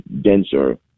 denser